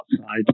outside